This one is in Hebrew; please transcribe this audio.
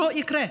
לא יקרה.